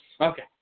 Okay